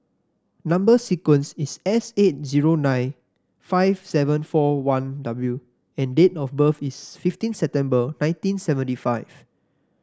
number sequence is S eight zero nine five seven four one W and date of birth is fifteen September nineteen seventy five